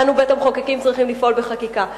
אנו בית-המחוקקים צריכים לפעול בחקיקה.